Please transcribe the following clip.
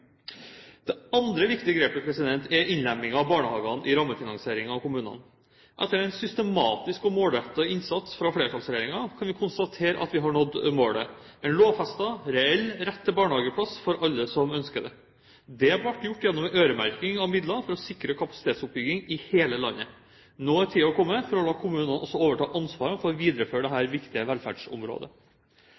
Det andre viktige grepet er innlemmingen av barnehagene i kommunenes rammefinansiering. Etter en systematisk og målrettet innsats fra flertallsregjeringen kan vi konstatere at vi har nådd målet: en lovfestet, reell rett til barnehageplass for alle som ønsker det. Det ble gjort gjennom øremerking av midler for å sikre kapasitetsoppbygging i hele landet. Nå er tiden kommet for å la kommunene også overta ansvaret for å videreføre dette viktige velferdsområdet.